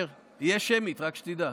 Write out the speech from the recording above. יש שמית, רק שתדע.